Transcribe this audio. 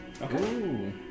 Okay